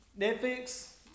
Netflix